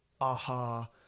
aha